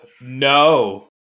No